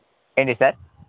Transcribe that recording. ఏంటి సార్